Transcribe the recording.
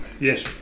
yes